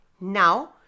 Now